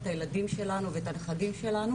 את הילדים שלנו ואת הנכדים שלנו.